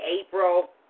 April